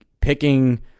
picking